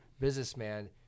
businessman